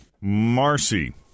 Marcy